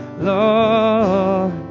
lord